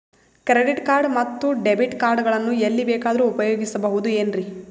Credit card ಮತ್ತು debit card ಗಳನ್ನು ಎಲ್ಲಿ ಬೇಕಾದ್ರು ಉಪಯೋಗಿಸಬಹುದೇನ್ರಿ?